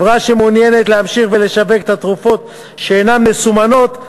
חברה שמעוניינת להמשיך לשווק את התרופות שאינן מסומנות,